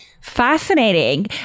Fascinating